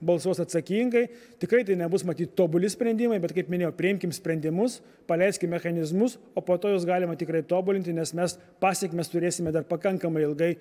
balsuos atsakingai tikrai tai nebus matyt tobuli sprendimai bet kaip minėjau priimkim sprendimus paleiskim mechanizmus o po to juos galima tikrai tobulinti nes mes pasekmes turėsime dar pakankamai ilgai